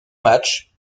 matchs